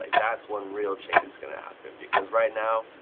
like that's when real change is gonna happen, because right now,